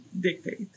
dictate